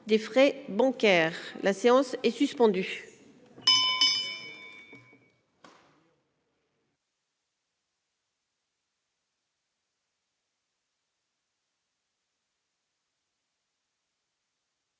des frais bancaires, la séance est suspendue.